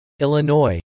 Illinois